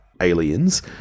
aliens